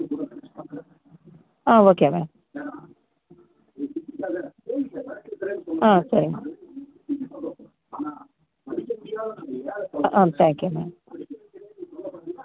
ஆ okay ma'am ஆ சரிங்க ஆ ஆ தேங்க் யூ மேம்